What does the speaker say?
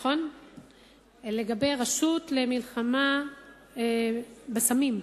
לגבי הרשות למלחמה בסמים.